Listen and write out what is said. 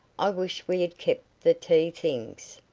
i wish we had kept the tea things.